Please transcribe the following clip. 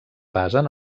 basen